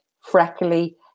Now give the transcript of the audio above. freckly